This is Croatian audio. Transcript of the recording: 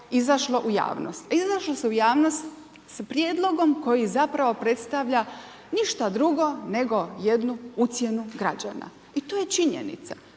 Izašlo se u javnost s prijedlogom koji zapravo predstavlja ništa drugo nego jednu ucjenu građana. I to je činjenica.